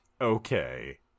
okay